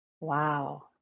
wow